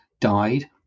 died